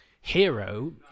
hero